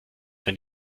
wenn